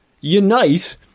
Unite